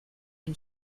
une